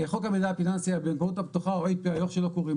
חוק המידע הפיננסי, או איך שלא קוראים